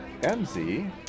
MZ